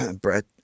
Brett